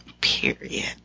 Period